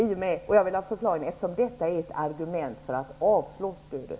Det här är ju ett argument för att avslå stödet.